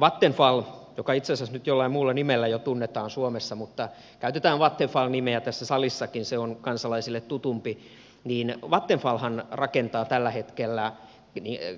vattenfall joka itse asiassa jo muulla nimellä tunnetaan suomessa mutta käytetään vattenfall nimeä tässä salissakin se on kansalaisille tutumpi vattenfallhan rakentaa tällä hetkellä